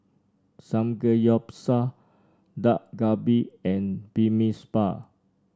Samgeyopsal Dak Galbi and Bibimbap